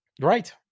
Right